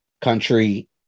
country